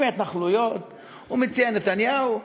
עם ההתנחלויות הוא מציע: נתניהו,